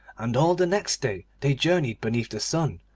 and all the next day they journeyed beneath the sun,